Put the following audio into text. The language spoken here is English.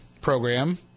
program